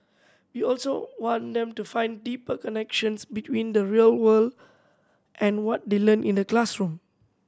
we also want them to find deeper connections between the real world and what they learn in the classroom